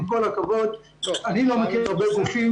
עם כל הכבוד אני לא מכיר הרבה גופים